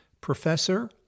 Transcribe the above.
Professor